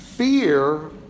Fear